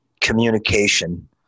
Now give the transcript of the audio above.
communication